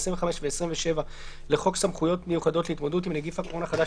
25 ו-27 לחוק סמכויות מיוחדות להתמודדות עם נגיף הקורונה החדש